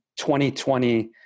2020